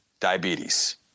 diabetes